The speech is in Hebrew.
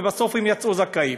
בסוף הם יצאו זכאים.